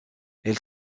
elle